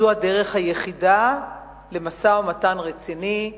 וזו הדרך היחידה למשא-ומתן רציני,